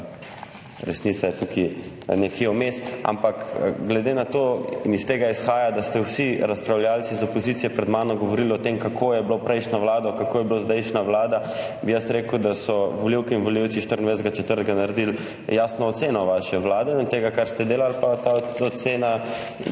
resnica je tukaj nekje vmes. Ampak iz tega izhaja, da ste vsi razpravljavci iz opozicije pred mano govorili o tem, kako je bila prejšnja vlada, kako je zdajšnja vlada, rekel bi, da so volivke in volivci 24. 4. 2022 naredili jasno oceno vaše vlade in tega, kar ste delali. Pa ta ocena